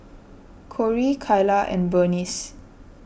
Corie Kyla and Burnice